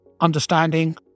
understanding